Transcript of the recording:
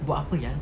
buat apa ya